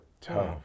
Tough